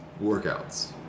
workouts